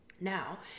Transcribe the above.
Now